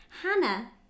Hannah